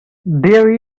there